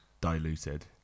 diluted